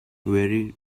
very